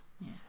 Yes